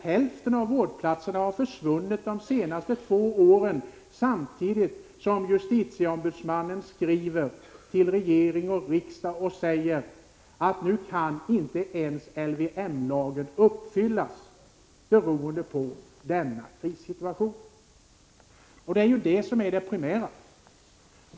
Hälften av vårdplatserna har försvunnit de senaste två åren, och samtidigt skriver justitieombudsmannen till regering och riksdag och talar om att inte ens lagen om tillfällig vård av missbrukare längre kan efterlevas, beroende på bristen på vårdplatser. Detta är det primära.